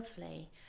lovely